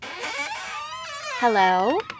Hello